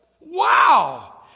Wow